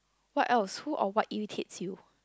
what else who or what irritates you